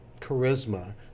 charisma